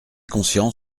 conscient